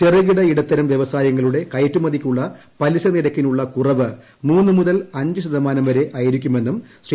ചെറുകിട ഇടത്തരം വൃവസായങ്ങളുടെ കയറ്റുമതിക്കുള്ള പലിശ നിരക്കിനുള്ള കുറവ് മൂന്ന് മുതൽ അഞ്ചു ശതമാനം വരെയായിരിക്കുമെന്നും ശ്രീ